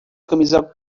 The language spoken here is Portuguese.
camisa